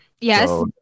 Yes